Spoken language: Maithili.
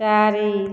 चारि